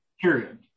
Period